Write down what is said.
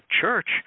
church